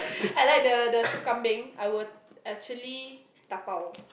I like the the soup I will actually dabao